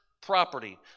property